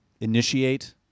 initiate